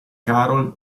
carol